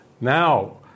Now